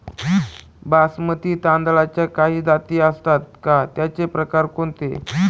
बासमती तांदळाच्या काही जाती असतात का, त्याचे प्रकार कोणते?